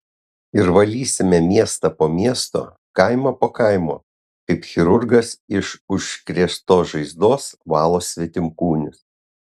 ir valysime miestą po miesto kaimą po kaimo kaip chirurgas iš užkrėstos žaizdos valo svetimkūnius